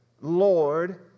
Lord